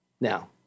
Now